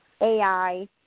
AI